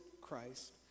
Christ